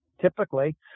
typically